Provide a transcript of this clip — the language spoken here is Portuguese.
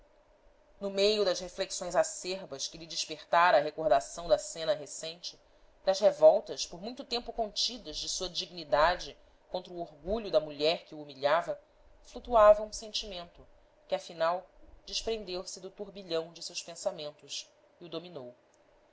no meio das reflexões acerbas que lhe despertara a recordação da cena recente das revoltas por muito tempo contidas de sua dignidade contra o orgulho da mulher que o humilhava flutuava um sentimento que afinal desprendeu-se do turbilhão de seus pensamentos e o dominou